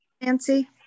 Nancy